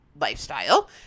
lifestyle